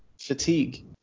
fatigue